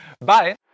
Bye